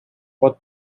pot